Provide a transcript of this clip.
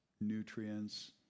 nutrients